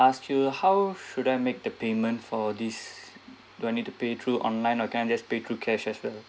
ask you how should I make the payment for this do I need to pay through online or can I just pay through cash as well